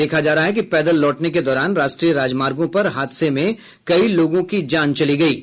देखा जा रहा है कि पैदल लौटने के दौरान राष्ट्रीय राजमार्गों पर हादसे में कई लोगों की जान चली गयी है